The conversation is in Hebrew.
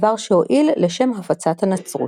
דבר שהועיל לשם הפצת הנצרות.